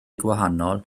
gwahanol